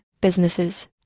businesses